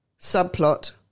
subplot